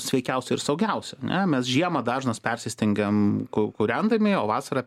sveikiausia ir saugiausia ane mes žiemą dažnas persistengiam kūrendami o vasarą